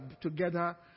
together